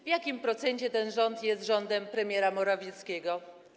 W jakim procencie ten rząd jest rządem premiera Morawieckiego?